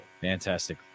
Fantastic